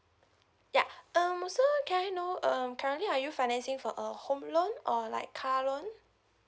ya um so can I know um currently are you financing for a home loan or like car loan